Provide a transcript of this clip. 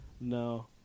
No